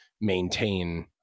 maintain